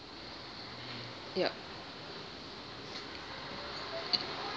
yup